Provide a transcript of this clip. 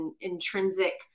intrinsic